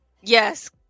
Yes